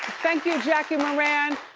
thank you, jackie moran.